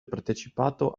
partecipato